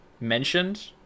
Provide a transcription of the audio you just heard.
mentioned